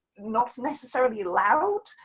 not necessarily allowed.